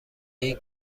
این